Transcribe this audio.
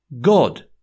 God